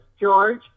George